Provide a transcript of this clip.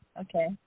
Okay